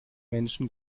menschen